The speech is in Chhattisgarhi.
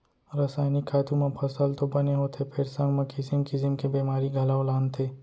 रसायनिक खातू म फसल तो बने होथे फेर संग म किसिम किसिम के बेमारी घलौ लानथे